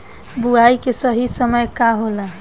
बुआई के सही समय का होला?